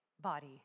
body